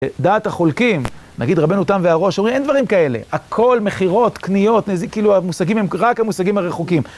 דעת החולקים, נגיד רבנו תם והרא״ש אומרים אין דברים כאלה, הכל מכירות, קניות, כאילו המושגים הם רק המושגים הרחוקים.